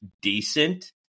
decent